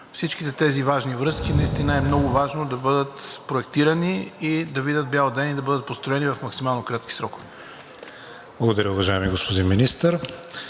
всичките тези важни връзки наистина е много важно да бъдат проектирани и да видят бял ден, и да бъдат построени в максимално кратки срокове. ПРЕДСЕДАТЕЛ КРИСТИАН ВИГЕНИН: Благодаря, уважаеми господин Министър.